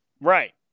Right